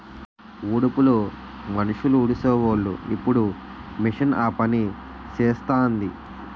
ఉడుపులు మనుసులుడీసీవోలు ఇప్పుడు మిషన్ ఆపనిసేస్తాంది